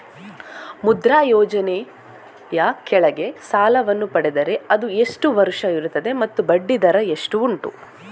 ಮುದ್ರಾ ಯೋಜನೆ ಯ ಕೆಳಗೆ ಸಾಲ ವನ್ನು ಪಡೆದರೆ ಅದು ಎಷ್ಟು ವರುಷ ಇರುತ್ತದೆ ಮತ್ತು ಬಡ್ಡಿ ದರ ಎಷ್ಟು ಉಂಟು?